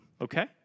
Okay